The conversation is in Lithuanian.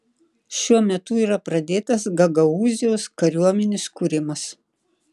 šiuo metu yra pradėtas gagaūzijos kariuomenės kūrimas